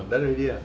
done already ah